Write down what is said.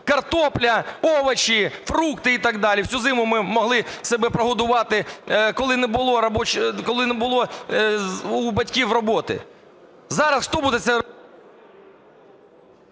картопля, овочі, фрукти і так далі. Всю зиму ми могли себе прогодувати, коли не було у батьків роботи. Зараз хто буде…